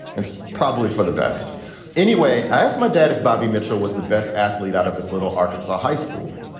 it's probably for the best anyway. i asked my dad if bobby mitchell was the best athlete out of his little arkansas high school.